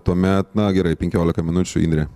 tuomet na gerai penkiolika minučių indrė